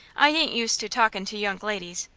i ain't used to talkin' to young ladies,